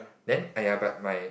then !aiya! but my